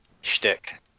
shtick